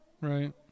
Right